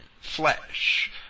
flesh